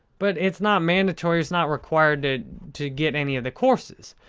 but it's not mandatory. it's not required to to get any of the courses.